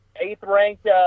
eighth-ranked